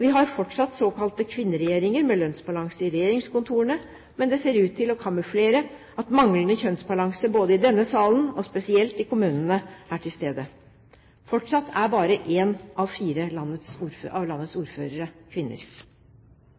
Vi har fortsatt såkalte kvinneregjeringer med kjønnsbalanse i regjeringskontorene. Men det ser ut til å kamuflere at manglende kjønnsbalanse, både i denne salen og spesielt i kommunene, er til stede. Fortsatt er bare en av fire av landets